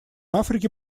африки